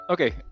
Okay